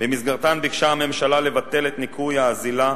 ובמסגרתן ביקשה הממשלה לבטל את ניכוי האזילה